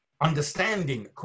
understanding